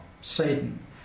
Satan